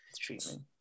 treatment